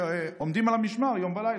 שעומדים על המשמר יום ולילה.